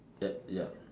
ya ya